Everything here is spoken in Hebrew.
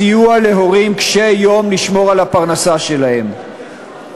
סיוע להורים קשי-יום לשמור על הפרנסה שלהם,